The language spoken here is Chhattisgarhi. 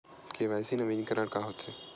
के.वाई.सी नवीनीकरण का होथे?